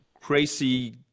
crazy